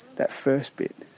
that first bit,